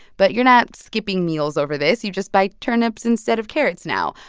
but you're not skipping meals over this. you just buy turnips instead of carrots now.